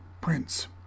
prince